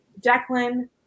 Declan